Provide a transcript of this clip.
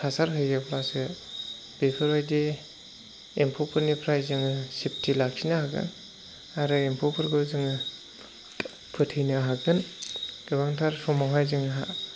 हासार होयोब्लासो बेफोरबायदि एम्फौफोरनिफ्राय जोङो सेफटि लाखिनो हागोन आरो एम्फौफोरखौ जोङो फोथैनो हागोन गोबांथार समावहाय जोंहा